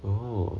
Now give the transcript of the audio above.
oh